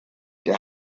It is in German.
der